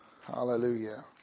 Hallelujah